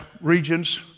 regions